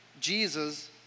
Jesus